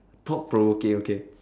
thought provoking okay